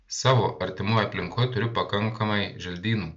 savo artimoj aplinkoj turiu pakankamai želdynų